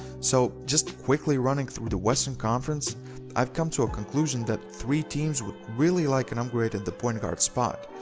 so, just quickly running through the western conference i've come to a conclusion that three teams would really like an upgrade at the point guard spot,